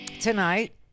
tonight